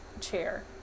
chair